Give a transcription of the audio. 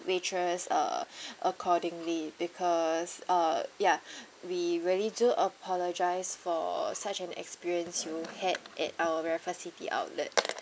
waitress uh accordingly because uh ya we really do apologise for such an experience you had at our raffles city outlet